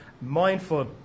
mindful